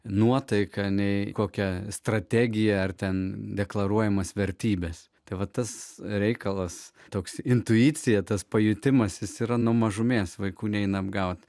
nuotaiką nei kokia strategija ar ten deklaruojamas vertybes tai vat tas reikalas toks intuicija tas pajutimas yra nuo mažumės vaikų neina apgauti